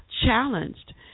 challenged